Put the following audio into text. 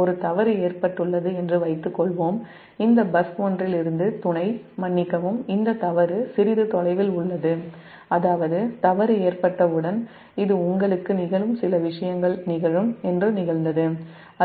ஒரு தவறு ஏற்பட்டுள்ளது என்று வைத்துக் கொள்வோம் இந்த பஸ் 1 இலிருந்து துணை மன்னிக்கவும் இந்த தவறு சிறிது தொலைவில் உள்ளது அதாவது தவறு ஏற்பட்டவுடன் இது உங்களுக்கு நிகழும் சில விஷயங்கள் என்று நிகழ்ந்தது